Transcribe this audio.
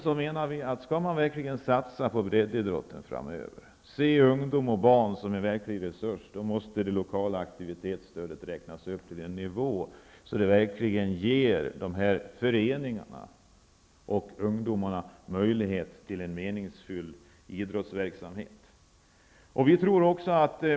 Skall man verkligen satsa på breddidrotten framöver och se ungdom och barn som en verklig resurs, måste det lokala aktivitetsstödet räknas upp till en nivå som verkligen ger föreningarna och ungdomarna möjlighet till en meningsfull idrottsverksamhet.